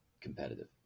competitive